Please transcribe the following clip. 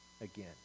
again